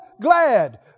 glad